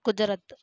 Gujarat